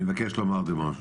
אני מבקש לומר משהו.